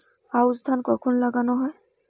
আউশ ধান কখন লাগানো হয়?